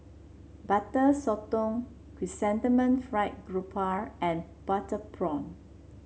Butter Sotong Chrysanthemum Fried Garoupa and Butter Prawn